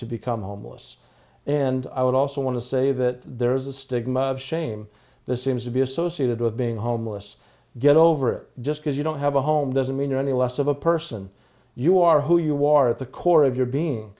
to become homeless and i would also want to say that there is a stigma of shame this seems to be associated with being homeless get over it just because you don't have a home doesn't mean you're any less of a person you are who you are at the core of your be